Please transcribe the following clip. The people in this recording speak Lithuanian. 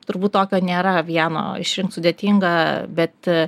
turbūt tokio nėra vieno išrinkt sudėtinga bet